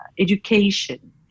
education